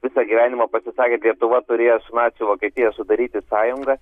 visą gyvenimą pasisakė kad lietuva turėjo su nacių vokietija sudaryti sąjungą